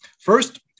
First